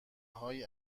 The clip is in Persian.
هایی